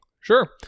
Sure